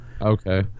Okay